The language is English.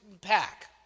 pack